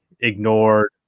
ignored